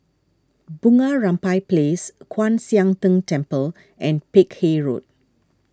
Bunga Rampai Place Kwan Siang Tng Temple and Peck Hay Road